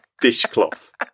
dishcloth